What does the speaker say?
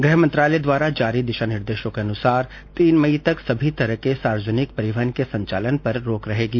गृह मंत्रालय द्वारा जारी दिशा निर्देशों के अनुसार तीन मई तक सभी तरह के सार्वजनिक परिवहन के संचालन पर रोक रहेगी